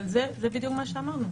זה בדיוק מה שאמרנו.